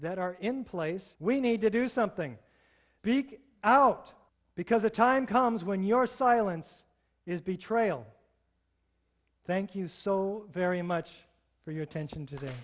that are in place we need to do something big out because the time comes when your silence is betrayal thank you so very much for your attention to